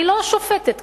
אני לא שופטת כאן.